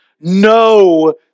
No